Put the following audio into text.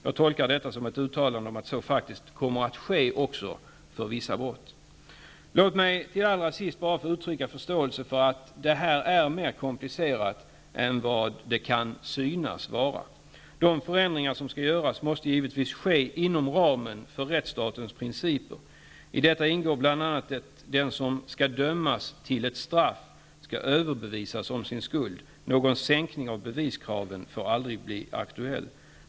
Jag tolkar detta som ett uttalande om att så också faktiskt kommer att ske för vissa brott. Låt mig till sist få uttrycka förståelse för att det här är mer komplicerat än det kan synas vara. De förändringar som skall göras måste givetvis ske inom ramen för rättsstatens principer. I detta ingår bl.a. att den som skall dömas till ett straff skall överbevisas om sin skuld. Någon sänkning av beviskraven får aldrig bli aktuell.